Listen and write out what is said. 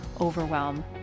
overwhelm